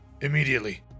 Immediately